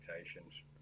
expectations